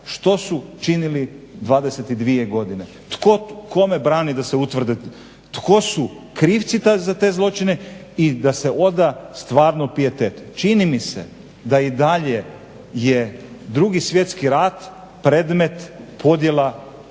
kome brani da se utvrde tko su krivci za te zločine i da se oda stvarno pijetet. Čini mi se da i dalje je 2. svjetski rat predmet podjela i da